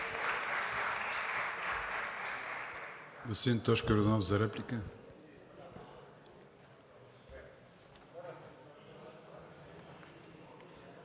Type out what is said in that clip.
Благодаря.